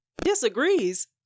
Disagrees